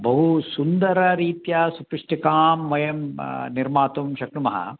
बहु सुन्दररीत्या सुपिष्टिकां वयं निर्मातुं शक्नुमः